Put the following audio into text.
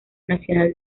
nacional